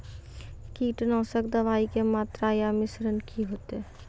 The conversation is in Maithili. कीटनासक दवाई के मात्रा या मिश्रण की हेते?